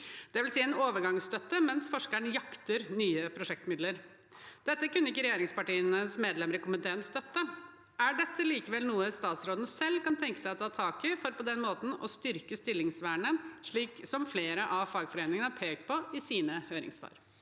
dvs. en overgangsstøtte mens forskerne jakter nye prosjektmidler. Dette kunne ikke regjeringspartienes medlemmer i komiteen støtte. Er dette likevel noe statsråden selv kan tenke seg å ta tak i for på den måten å styrke stillingsvernet, slik flere av fagforeningene har pekt på i sine høringssvar?